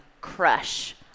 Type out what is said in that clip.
crush